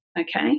okay